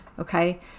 okay